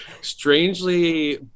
strangely